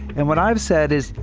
and what i've said is,